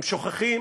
הם שוכחים